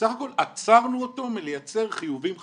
בסך הכול, עצרנו אותו מלייצר חיובים חדשים.